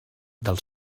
del